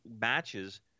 matches